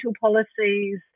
policies